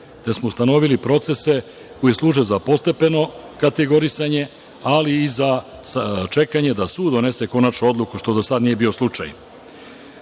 te smo ustanovili procese koji služe za postepeno kategorisanje, ali i sa čekanjem da sud donese konačnu odluku što do sada nije bio